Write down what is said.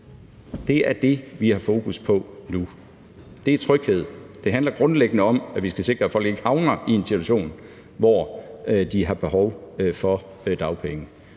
Det er det, vi har fokus på nu. Det er tryghed. Det handler grundlæggende om, at vi skal sikre, at folk ikke havner i en situation, hvor de har behov for dagpenge.